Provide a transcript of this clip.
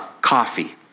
coffee